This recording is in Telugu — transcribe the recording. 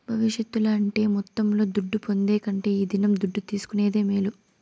భవిష్యత్తుల అంటే మొత్తంలో దుడ్డు పొందే కంటే ఈ దినం దుడ్డు తీసుకునేదే మేలు